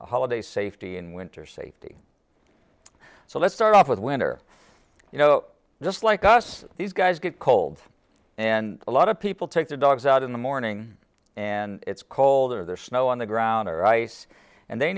holiday safety in winter safety so let's start off with winter you know just like us these guys get cold and a lot of people take their dogs out in the morning and it's cold or there's snow on the ground or ice and they